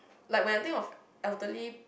like when I think of elderly